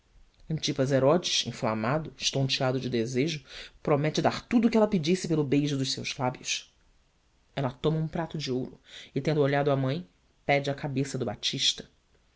deslumbrante antipas herodes inflamado estonteado de desejo promete dar tudo o que ela pedisse pelo beijo dos seus lábios ela toma um prato de ouro e tendo olhado a mãe pede a cabeça do batista